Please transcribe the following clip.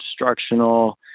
instructional